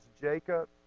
jacob